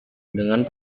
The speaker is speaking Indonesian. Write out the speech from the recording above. dengan